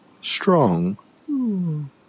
strong